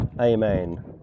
Amen